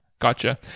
gotcha